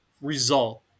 result